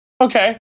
okay